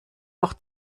noch